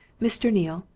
mr. neale,